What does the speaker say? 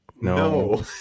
No